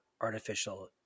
artificial